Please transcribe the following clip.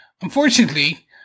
unfortunately